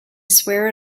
swear